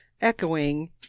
Echoing